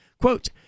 quote